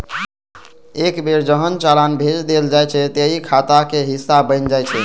एक बेर जहन चालान भेज देल जाइ छै, ते ई खाताक हिस्सा बनि जाइ छै